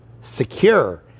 secure